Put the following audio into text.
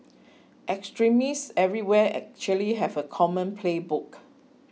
extremists everywhere actually have a common playbook